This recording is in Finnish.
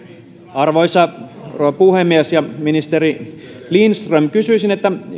arvoisa rouva puhemies ministeri lindström kysyisin